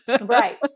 Right